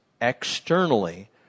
externally